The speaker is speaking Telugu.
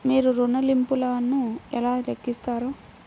మీరు ఋణ ల్లింపులను ఎలా లెక్కిస్తారు?